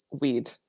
weed